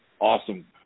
Awesome